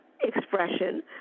expression